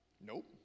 Nope